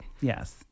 Yes